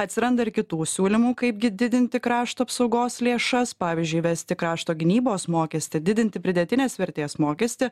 atsiranda ir kitų siūlymų kaipgi didinti krašto apsaugos lėšas pavyzdžiui įvesti krašto gynybos mokestį didinti pridėtinės vertės mokestį